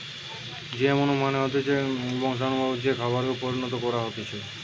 GMO মানে হতিছে বংশানুগতভাবে যে খাবারকে পরিণত করা হতিছে